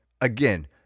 Again